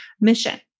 mission